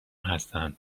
هستند